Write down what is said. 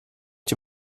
die